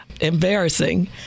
embarrassing